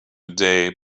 day